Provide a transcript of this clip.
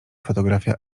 fotografia